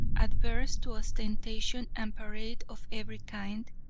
adverse to ostentation and parade of every kind,